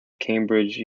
cambridge